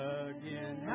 again